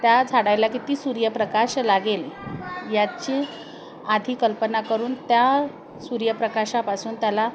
त्या झाडाला किती सूर्यप्रकाश लागेल याची आधी कल्पना करून त्या सूर्य प्रकाशापासून त्याला